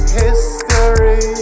history